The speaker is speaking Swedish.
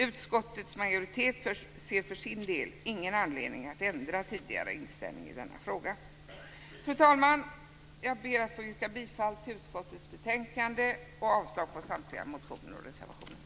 Utskottets majoritet ser för sin del ingen anledning att ändra tidigare inställning i denna fråga. Fru talman! Jag yrkar bifall till utskottets hemställan och avslag på samtliga motioner och reservationer.